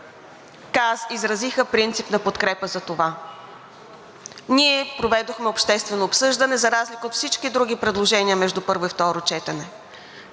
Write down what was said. изразиха принципна подкрепа за това. Ние проведохме обществено обсъждане, за разлика от всички други предложения между първо и второ четене.